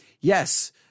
yes